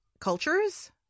cultures